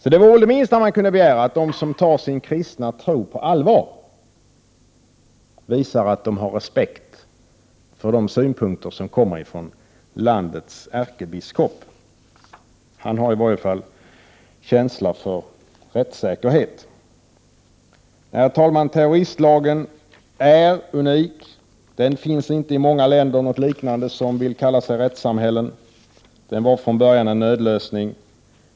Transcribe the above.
Det vore väl det minsta man kan begära att de som tar sin kristna tro på allvar visar att de ha respekt för de synpunkter som kommer från landets ärkebiskop. Han har i varje fall känsla för rättssäkerhet. Herr talman! Terroristlagen är unik. Något liknande finns inte i många länder som vill kalla sig rättssamhällen. Den var från början en nödlösning.